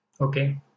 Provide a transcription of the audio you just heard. okay